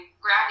grab